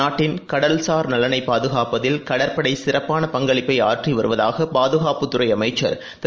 நாட்டின் கடல்சார் நலனைபாதுகாப்பதில் கடற்படைசிறப்பான பங்களிப்பைஆற்றிவருவதாகபாதுகாப்புத் துறைஅமைச்சர் திரு